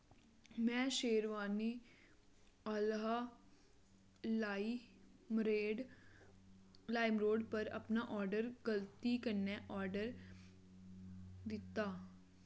में शेरवानी आह्ला लाइमरेड लाइम रोड़ पर अपना गल्ती कन्नै आर्डर दित्ता